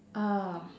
um